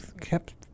kept